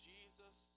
Jesus